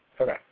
Okay